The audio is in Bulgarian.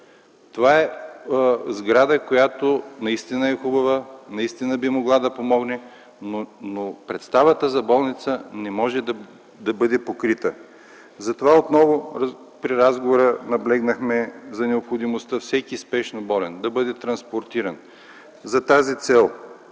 Това е сграда, която наистина е хубава, наистина би могла да помогне, но представата за болница не може да бъде покрита. Затова, отново при разговора, наблегнахме на необходимостта всеки спешно болен да бъде транспортиран. За тази цел,